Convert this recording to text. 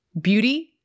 beauty